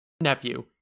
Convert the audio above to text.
Nephew